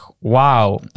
wow